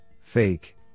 fake